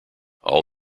all